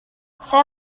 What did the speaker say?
saya